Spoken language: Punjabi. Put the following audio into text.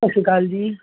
ਸਤਿ ਸ਼੍ਰੀ ਅਕਾਲ ਜੀ